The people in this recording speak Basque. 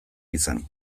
izan